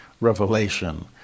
revelation